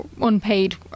unpaid